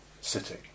sitting